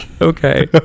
Okay